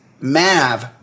Mav